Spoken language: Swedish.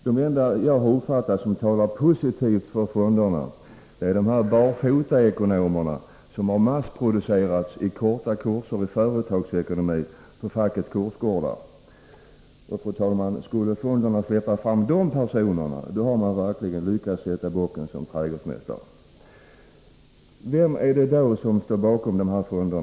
De enda som talar positivt om fonderna på arbetsplatserna verkar vara de ”barfotaekonomer”, som har massproducerats i korta kurser i företagsekonomi på fackets kursgårdar. Skulle fonderna släppa fram dessa personer, har man verkligen lyckats sätta bocken som trädgårdsmästare. Vem står då bakom dessa fonder?